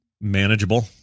manageable